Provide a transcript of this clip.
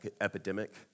epidemic